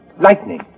Lightning